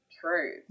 true